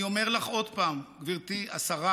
אני אומר לך עוד פעם, גברתי השרה: